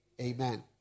Amen